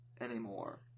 anymore